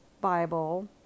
Bible